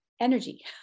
energy